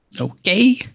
Okay